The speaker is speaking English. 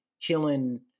killing